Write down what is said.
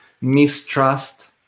mistrust